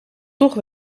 toch